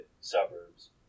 suburbs